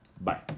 Bye